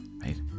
right